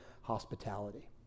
hospitality